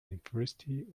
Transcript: university